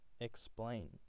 explain